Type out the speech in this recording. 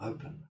Open